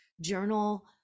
Journal